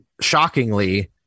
shockingly